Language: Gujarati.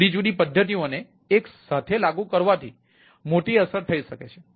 જુદી જુદી પદ્ધતિઓને એક સાથે લાગુ કરવાથી મોટી અસર થઈ શકે છે